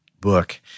book